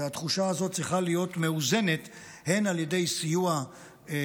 והתחושה הזאת צריכה להיות מאוזנת הן על ידי סיוע כלכלי,